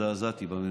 הזדעזעתי בממשלה.